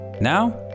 Now